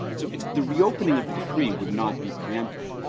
so if the reopening of the decree would not be preempted.